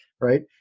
right